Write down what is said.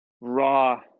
raw